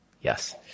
Yes